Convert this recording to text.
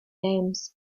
names